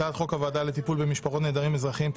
בהצעת חוק הוועדה לטיפול במשפחות נעדרים אזרחיים,